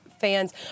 fans